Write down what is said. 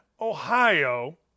Ohio